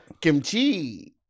Kimchi